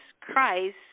Christ